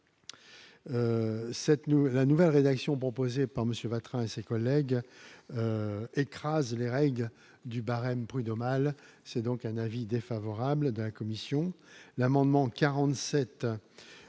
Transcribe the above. la nouvelle rédaction proposée par monsieur Vatrin et ses collègues, les règles du barème prud'homal, c'est donc un avis défavorable de la commission, l'amendement 47,